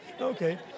Okay